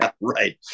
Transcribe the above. Right